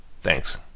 Thanks